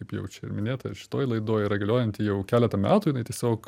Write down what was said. kaip jau čia ir minėta ir šitoj laidoj yra galiojanti jau keletą metų jinai tiesiog